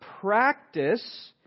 practice